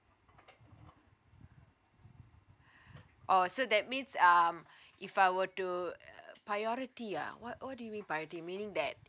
oh so that means um if I were to uh priority ah what what do you mean priority meaning that